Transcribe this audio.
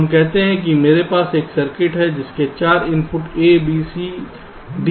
हम कहते हैं कि मेरे पास एक सर्किट है जिसमें 4 input A B C D हैं